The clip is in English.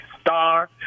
star